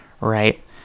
right